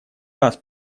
раз